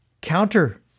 counter